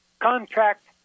Contract